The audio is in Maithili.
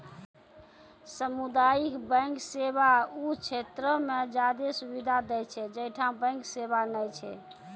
समुदायिक बैंक सेवा उ क्षेत्रो मे ज्यादे सुविधा दै छै जैठां बैंक सेबा नै छै